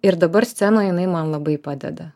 ir dabar scenoj jinai man labai padeda